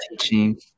teaching